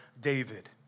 David